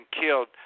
killed